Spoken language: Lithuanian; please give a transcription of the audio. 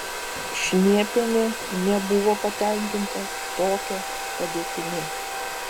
šniepienė nebuvo patenkinta tokia padėtimi